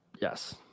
Yes